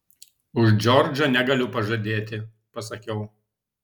už džordžą negaliu pažadėti pasakiau